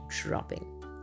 dropping